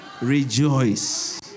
Rejoice